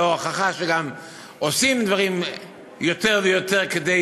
וההוכחה שגם עושים דברים יותר ויותר כדי